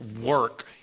work